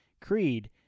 Creed